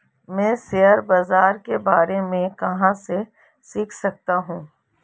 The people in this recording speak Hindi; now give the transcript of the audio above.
मैं शेयर बाज़ार के बारे में कहाँ से सीख सकता हूँ?